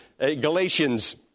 Galatians